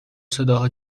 صداها